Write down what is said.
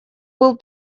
был